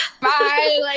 bye